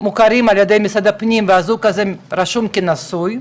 מוכרים על ידי משרד הפנים, והזוג הזה רשום כנשוי,